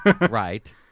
Right